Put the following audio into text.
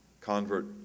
convert